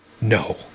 no